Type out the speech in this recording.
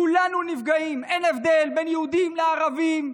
כולנו נפגעים, אין הבדל בין יהודים לערבים,